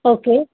okay